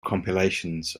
compilations